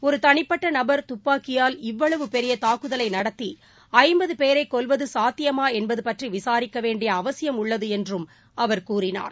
ஒரு தனிப்பட்ட நபர் துப்பாக்கியால் இவ்வளவு பெரிய தாக்குதலை நடத்தி ஐம்பது பேரை கொல்வது சாத்தியமா என்பது பற்றி விசாரிக்க வேண்டிய அவசியம் உள்ளது என்றும் அவர் கூறினார்